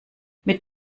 mit